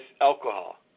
alcohol